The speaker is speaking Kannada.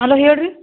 ಅಲೋ ಹೇಳ್ರಿ